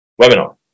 webinar